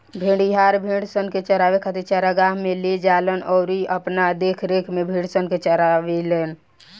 भेड़िहार, भेड़सन के चरावे खातिर चरागाह में ले जालन अउरी अपना देखरेख में भेड़सन के चारावेलन